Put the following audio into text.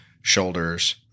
shoulders